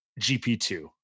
GP2